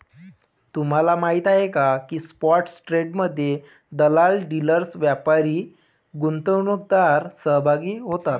तुम्हाला माहीत आहे का की स्पॉट ट्रेडमध्ये दलाल, डीलर्स, व्यापारी, गुंतवणूकदार सहभागी होतात